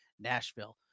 Nashville